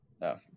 No